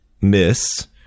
miss